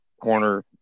corner